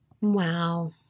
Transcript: Wow